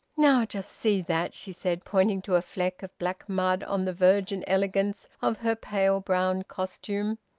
now just see that! she said, pointing to a fleck of black mud on the virgin elegance of her pale brown costume.